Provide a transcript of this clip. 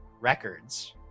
records